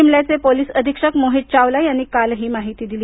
शिमल्याचे police अधीक्षक मोहित चावला यांनी काल ही माहिती दिली